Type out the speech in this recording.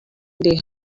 they